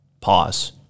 Pause